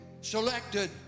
selected